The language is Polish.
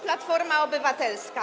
Platforma Obywatelska.